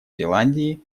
зеландии